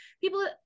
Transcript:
people